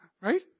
Right